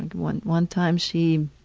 and one one time she